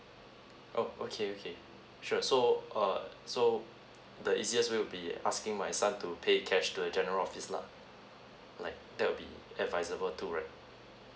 oh okay okay sure so err so the easiest will be asking my son to pay cash to the general office lah like that will be advisable too right